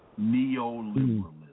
neoliberalism